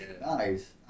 Nice